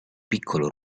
piccolo